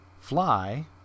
Fly